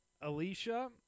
Alicia